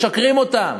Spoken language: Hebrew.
משקרים להם.